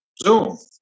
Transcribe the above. Zoom